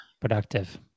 Productive